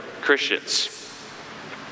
Christians